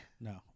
No